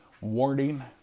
warning